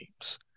games